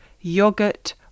yogurt